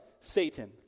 Satan